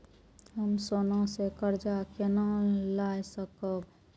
हम सोना से कर्जा केना लाय सकब?